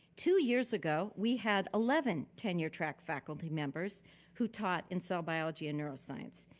two years ago we had eleven tenure track faculty members who taught in cell biology and neuroscience.